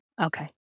okay